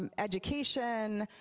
um education,